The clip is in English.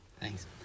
Thanks